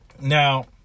Now